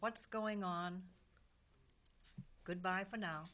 what's going on good bye for now